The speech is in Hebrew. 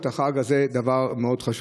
וזה דבר מאוד חשוב.